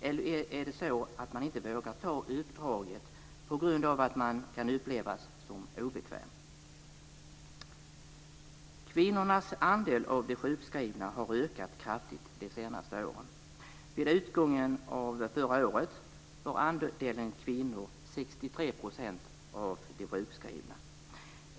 Eller vågar man inte ta uppdraget på grund av att man kan upplevas som obekväm? Kvinnornas andel av de sjukskrivna har ökat kraftigt de senaste åren. Vid utgången av förra året var andelen kvinnor 63 % av de sjukskrivna.